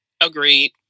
Agreed